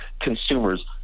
consumers